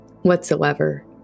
whatsoever